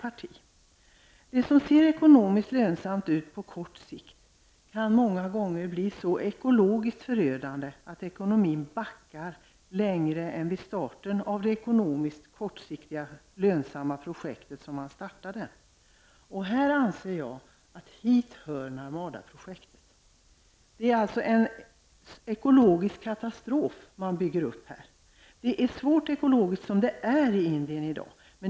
Det som på kort sikt ser ekonomiskt lönsamt ut kan många gånger bli så ekologiskt förödande att ekonomin blir sämre än när man startade det kortsiktigt ekonomiskt lönsamma projektet. Jag anser att Narmada-projektet hör hit. Det är en ekologisk katastrof man bygger upp här. Det är ekologiskt svårt i Indien redan i dag.